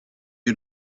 you